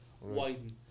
widen